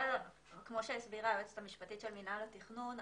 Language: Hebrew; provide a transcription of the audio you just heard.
כמו שהסבירה היועצת המשפטית של מינהל התכנון,